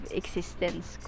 existence